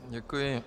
Děkuji.